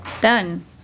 Done